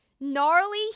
Gnarly